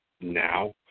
now